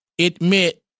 admit